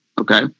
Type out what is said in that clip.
okay